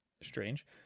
strange